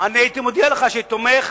אני הייתי מודיע לך שהייתי תומך.